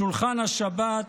שולחן השבת,